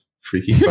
freaky